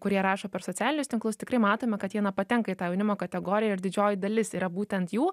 kurie rašo per socialinius tinklus tikrai matome kad jie na patenka į tą jaunimo kategoriją ir didžioji dalis yra būtent jų